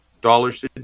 dollars